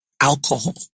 alcohol